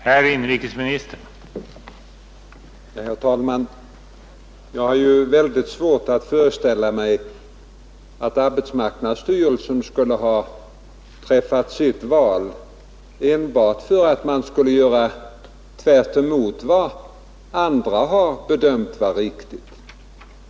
Herr talman! Jag har ju väldigt svårt att föreställa mig att arbetsmarknadsstyrelsen i det aktuella fallet skulle ha träffat sitt val enbart för att göra tvärtemot vad andra har bedömt vara riktigt.